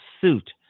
suit